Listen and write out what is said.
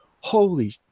holy